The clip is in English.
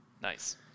Nice